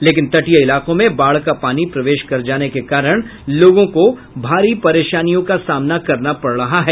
लेकिन तटीय इलाकों में बाढ़ का पानी प्रवेश कर जाने के कारण लोगों को भारी परेशानियों का सामना करना पड़ रहा है